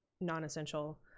non-essential